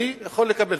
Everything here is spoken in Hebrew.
אני יכול לקבל,